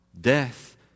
death